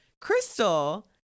Crystal